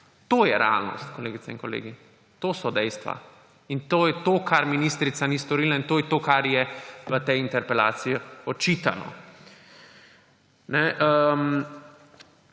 To je realnost, kolegice in kolegi. To so dejstva in to je to, česar ministrica ni storila, in to je to, kar je v tej interpelaciji očitano.